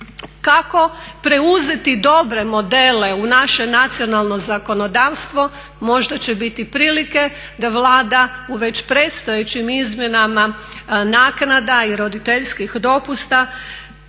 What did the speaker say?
Kako preuzeti dobre modele u naše nacionalno zakonodavstvo možda će biti prilike da Vlada u predstojećim izmjenama naknada i roditeljskih dopusta